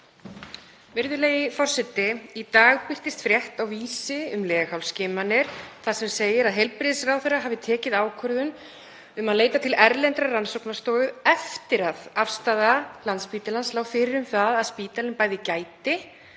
Virðulegi forseti. Í dag birtist frétt á Vísi um leghálsskimanir þar sem segir að heilbrigðisráðherra hafi tekið ákvörðun um að leita til erlendrar rannsóknarstofu eftir að afstaða Landspítalans lá fyrir um að spítalinn bæði gæti